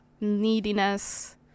neediness